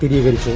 സ്ഥിരീകരിച്ചു